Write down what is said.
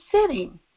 sitting